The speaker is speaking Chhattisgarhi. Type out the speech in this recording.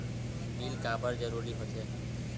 बिल काबर जरूरी होथे?